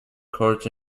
courts